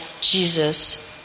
Jesus